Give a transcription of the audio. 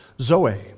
zoe